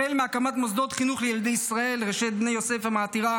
החל מהקמת מוסדות חינוך לילדי ישראל רשת בני יוסף המעטירה